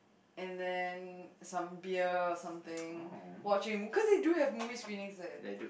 and then some beer something watching because they do have movie screenings leh